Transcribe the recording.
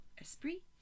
Esprit